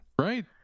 Right